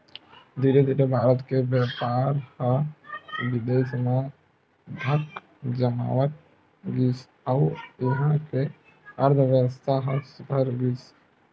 धीरे धीरे भारत के बेपार ह बिदेस म धाक जमावत गिस अउ इहां के अर्थबेवस्था ह सुधरत गिस